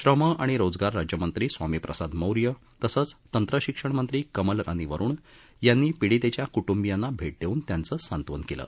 श्रम आणि रोजगार राज्यमंत्री स्वामीप्रसाद मौर्य तसंच तंत्रशिक्षण मंत्री कमल रानी वरुण यांनी पिडीतेच्या क्ट्ंबियांना भेट देऊन त्यांचं सांत्वन केलं